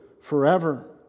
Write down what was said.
forever